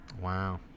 wow